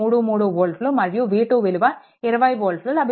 33 వోల్ట్లు మరియు V2 విలువ 20 వోల్ట్లు లభిస్తుంది